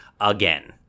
again